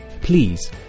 Please